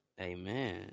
Amen